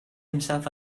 himself